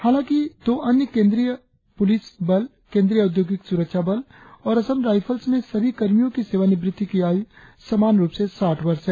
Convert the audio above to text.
हालांकि दो अन्य केंद्रीय पुलिस बल केंद्रीय औद्योगिक सुरक्षा बल और असम राइफल्स में सभी कर्मियों की सेवानिवृत्ति की आयु समान रुप से साठ वर्ष है